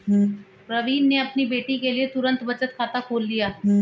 प्रवीण ने अपनी बेटी के लिए तुरंत बचत खाता खोल लिया